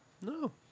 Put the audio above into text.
No